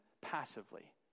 passively